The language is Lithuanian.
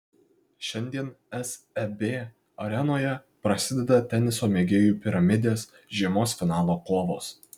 šiandien seb arenoje prasideda teniso mėgėjų piramidės žiemos finalo kovos